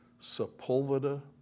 Sepulveda